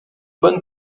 bonne